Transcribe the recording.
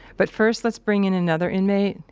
but first let's bring in another inmate,